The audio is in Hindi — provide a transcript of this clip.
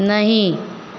नहीं